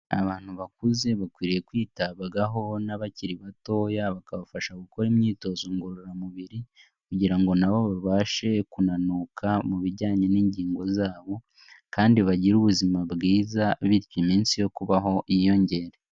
Abantu bakuze bakwiriye kwitabwaho n'abakiri batoya, bakabafasha gukora imyitozo ngororamubiri kugira ngo nabo babashe kunanuka mu bijyanye n'ingingo zabo kandi bagire ubuzima bwiza bityo iminsi yo kubaho yiyongere.